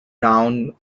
town